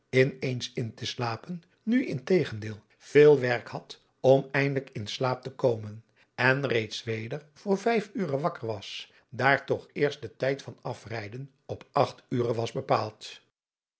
in eens inteslapen nu integendeel veel werk had om eindelijk in slaap te komen en reeds weder voor vijf ure wakker was daar toch eerst de tijd van afrijden op acht ure was bepaald